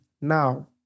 Now